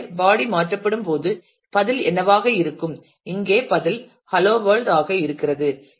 எனவே பாடி மாற்றப்படும் போது பதில் என்னவாக இருக்கும் இங்கே பதில் ஹலோ வேர்ல்ட் ஆக இருக்கிறது